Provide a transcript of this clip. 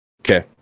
Okay